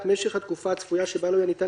את משך התקופה הצפויה שבה לא יהיה ניתן